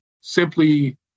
simply